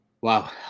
Wow